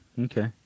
Okay